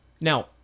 Now